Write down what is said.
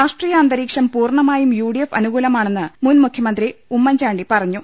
രാഷ്ട്രീയ അന്ത രീക്ഷം പൂർണ്ണമായും യു ഡി എഫ് അനുകൂലമാണെന്ന് മുൻമുഖ്യമന്ത്രി ഉമ്മൻചാണ്ടി പറഞ്ഞു